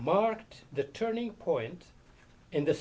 marked the turning point in the